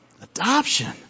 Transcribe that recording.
Adoption